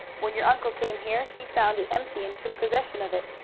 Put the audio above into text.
when your uncle came here he found it empty and took possession of it,